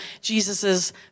Jesus's